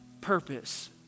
purpose